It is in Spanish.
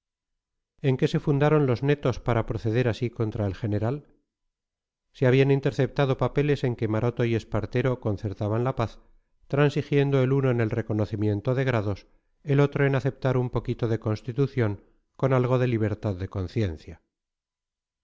en qué se fundaron los netos para proceder así contra el general se habían interceptado papeles en que maroto y espartero concertaban la paz transigiendo el uno en el reconocimiento de grados el otro en aceptar un poquito de constitución con algo de libertad de conciencia